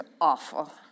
awful